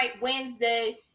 Wednesday